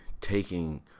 taking